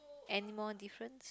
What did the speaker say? any more difference